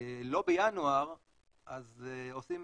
לא בינואר אז עושים